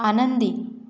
आनंदी